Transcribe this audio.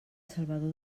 salvador